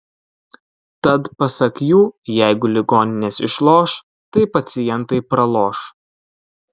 tad pasak jų jeigu ligoninės išloš tai pacientai praloš